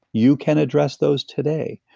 you can address those today.